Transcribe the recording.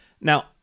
Now